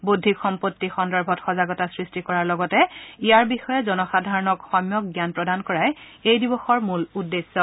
বৌদ্ধিক সম্পত্তি সন্দৰ্ভত সজাগতা সৃষ্টি কৰাৰ লগতে ইয়াৰ বিষয়ে জনসাধাৰণক সম্যক জ্ঞান প্ৰদান কৰাই এই দিৱসৰ মূল উদ্দেশ্যে